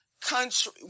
country –